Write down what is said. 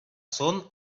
són